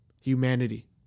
humanity